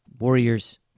Warriors